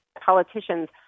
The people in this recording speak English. politicians